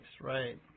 right